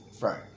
Right